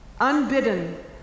unbidden